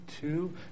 two